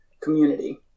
community